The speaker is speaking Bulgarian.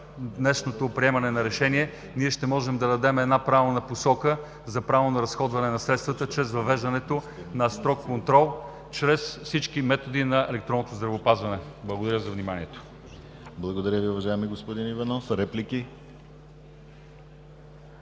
днешното приемане на решение ще можем да дадем правилна посока за правилно разходване на средствата чрез въвеждането на строг контрол чрез всички методи на електронното здравеопазване. Благодаря за вниманието. ПРЕДСЕДАТЕЛ ДИМИТЪР ГЛАВЧЕВ: Благодаря Ви, уважаеми господин Иванов. Реплики?